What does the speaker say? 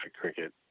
cricket